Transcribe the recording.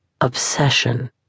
Obsession